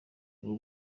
ubwo